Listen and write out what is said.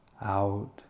out